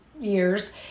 years